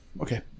Okay